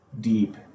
deep